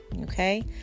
okay